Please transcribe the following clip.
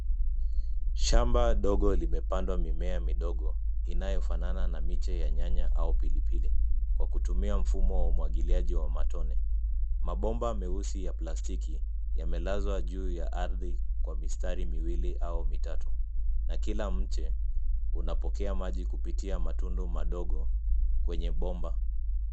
Shamba ndogo imepandwa mimea midogo inayofanana na miche ya nyanaya au pilipili na miti ya kwa kutumia mfumo wa umwangiliaji wa matone. Mabomba meusi ya plastiki yamelzwa juu ya ardhi kwa mistari miwili au mitatu na kila mche unapokea maji kupitia matundu madogo kwenye bomba.